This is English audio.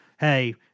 hey –